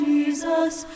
Jesus